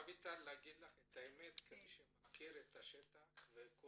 רויטל, להגיד לך את האמת, כמי שמכיר את השטח, אני